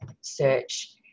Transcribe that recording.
search